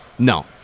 No